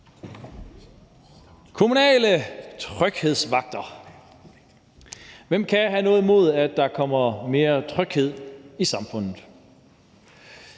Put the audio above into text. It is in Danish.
Kommunale tryghedsvagter. Hvem kan have noget imod, at der kommer mere tryghed i samfundet?